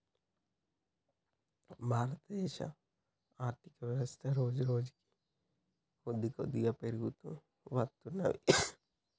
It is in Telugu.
భారతదేశ ఆర్ధికవ్యవస్థ రోజురోజుకీ కొద్దికొద్దిగా పెరుగుతూ వత్తున్నది